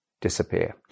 disappear